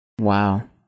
Wow